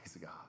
God